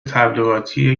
تبلیغاتی